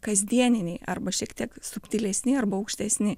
kasdieniniai arba šiek tiek subtilesni arba aukštesni